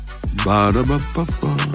Ba-da-ba-ba-ba